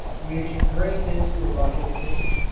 which drained into a bucket beneath.